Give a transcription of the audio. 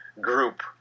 group